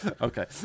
Okay